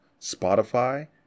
Spotify